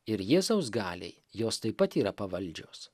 ir jėzaus galiai jos taip pat yra pavaldžios